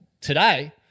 Today